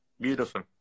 Beautiful